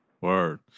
Word